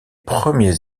premiers